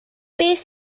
beth